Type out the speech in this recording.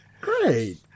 great